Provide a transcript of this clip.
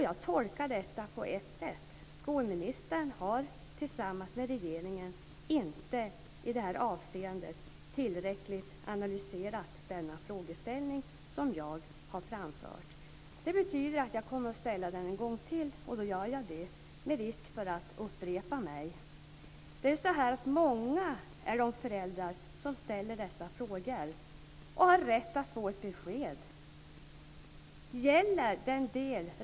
Jag tolkar detta som att skolministern tillsammans med regeringen inte tillräckligt har analyserat den frågeställning som jag har tagit upp. Det betyder att jag måste ställa frågan en gång till, och det gör jag, med risk för att upprepa mig. Många föräldrar ställer dessa frågor. De har rätt att få ett besked.